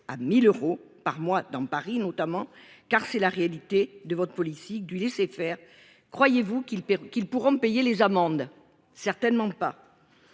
à 1000 euros par mois dans Paris, notamment car c'est la réalité de votre politique du laisser-faire. Croyez-vous qu'ils qu'ils pourront payer les amendes. Certainement pas.